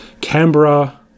Canberra